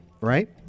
Right